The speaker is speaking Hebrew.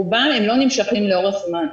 רובן הן לא נמשכים לאורך זמן.